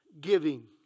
Giving